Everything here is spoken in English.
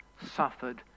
suffered